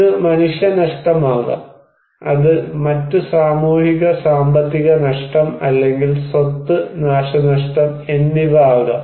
ഇത് മനുഷ്യനഷ്ടം ആകാം അത് മറ്റ് സാമൂഹിക സാമ്പത്തിക നഷ്ടം അല്ലെങ്കിൽ സ്വത്ത് നാശനഷ്ടം എന്നിവ ആകാം